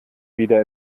wieder